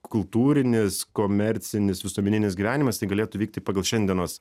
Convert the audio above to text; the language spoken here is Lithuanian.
kultūrinis komercinis visuomeninis gyvenimas tai galėtų vykti pagal šiandienos